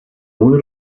muy